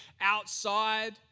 outside